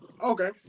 okay